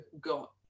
got